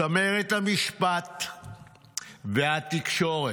צמרת המשפט והתקשורת"